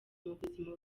mubuzima